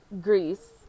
Greece